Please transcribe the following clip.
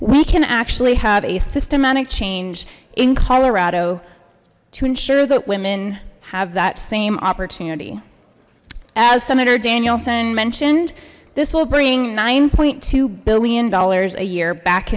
we can actually have a systemic change in colorado to ensure that women have that same opportunity as senator danielson mentioned this will bring nine point two billion dollars a year back